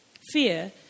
Fear